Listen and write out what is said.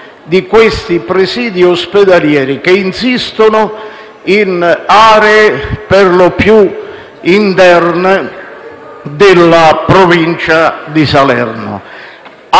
di questi presidi ospedalieri che insistono in aree perlopiù interne della provincia di Salerno,